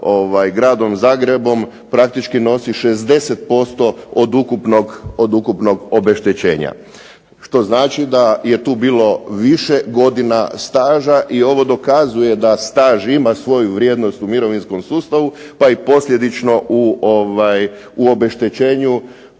gradom Zagrebom praktički nosi 60% od ukupnog obeštećenja. Što znači da je tu bilo više godina staža i ovo dokazuje da staž ima svoju vrijednost u mirovinskom sustavu pa i posljedično u obeštećenju